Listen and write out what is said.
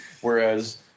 whereas